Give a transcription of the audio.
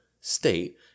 state